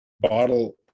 bottle